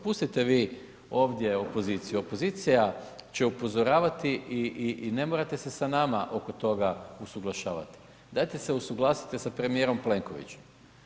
Pustite vi ovdje opoziciju, opozicija će upozoravati i ne morate se sa nama oko toga usuglašavati, dajte se usuglasite sa premijerom Plenkovićem.